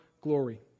glory